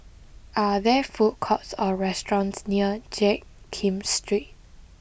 are there food courts or restaurants near Jiak Kim Street